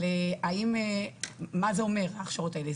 מה זה אומר ההכשרות האלה?